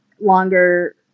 longer